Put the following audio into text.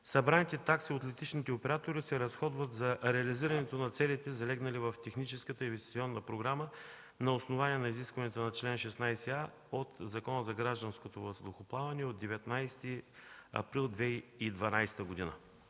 Събраните такси от летищните оператори се разходват за реализирането на целите, залегнали в техническата и инвестиционна програма на основание на изискванията на чл. 16а от Закона за гражданското въздухоплаване от 19 април 2012 г.